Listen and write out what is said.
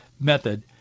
method